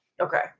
Okay